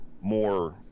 more